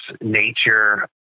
nature